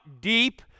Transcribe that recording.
deep